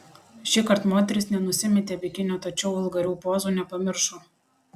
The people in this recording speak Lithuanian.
šįkart moteris nenusimetė bikinio tačiau vulgarių pozų nepamiršo